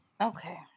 Okay